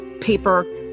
paper